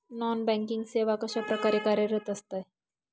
Non banking सेवा कशाप्रकारे कार्यरत असते?